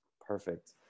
Perfect